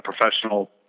professional